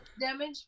damage